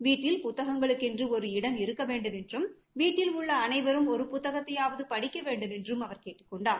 வீட்டில் புத்தகங்களுக்கென்று ஒரு இடம் வேண்டும் என்றும் வீட்டில் உள்ள அனைவரும் ஒரு புத்தகத்தையாவது படிக்க வேண்டுமென்றும் அவர் கேட்டுக் கொண்டார்